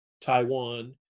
Taiwan